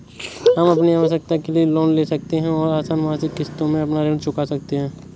हम अपनी आवश्कता के लिए लोन ले सकते है और आसन मासिक किश्तों में अपना ऋण चुका सकते है